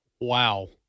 Wow